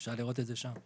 אפשר לראות את זה שם.